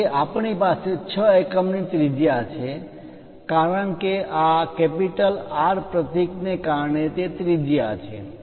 જો કે આપણી પાસે 6 એકમ ની ત્રિજ્યા છે કારણ કે આ R પ્રતીક ને કારણે તે ત્રિજ્યા છે